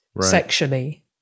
sexually